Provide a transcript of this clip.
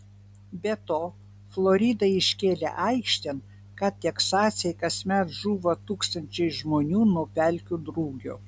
be to florida iškėlė aikštėn kad teksase kasmet žūva tūkstančiai žmonių nuo pelkių drugio